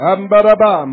Ambaraba